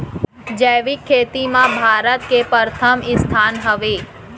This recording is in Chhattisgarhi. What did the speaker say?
जैविक खेती मा भारत के परथम स्थान हवे